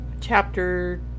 chapter